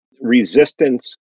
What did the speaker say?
resistance